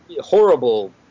horrible